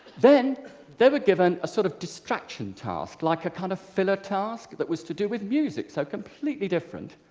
then they were given a sort of distraction task like a kind of filler task that was to do with music, so completely different,